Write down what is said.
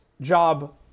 job